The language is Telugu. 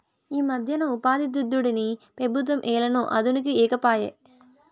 ఈమధ్యన ఉపాధిదుడ్డుని పెబుత్వం ఏలనో అదనుకి ఈకపాయే